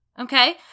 okay